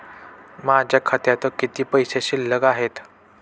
माझ्या खात्यात किती पैसे शिल्लक आहेत?